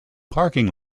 parking